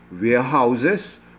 warehouses